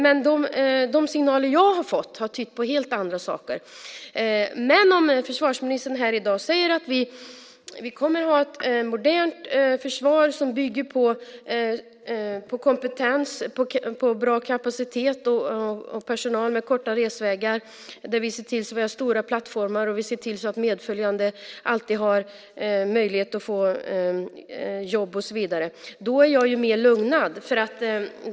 Men de signaler som jag har fått har tytt på helt andra saker. Om försvarsministern här i dag säger att vi kommer att ha ett modernt försvar som bygger på kompetens, på bra kapacitet och personal med korta resvägar, att vi ser till att det finns stora plattformar, att vi ser till att medföljande alltid har möjlighet att få jobb och så vidare, då är jag mer lugnad.